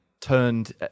turned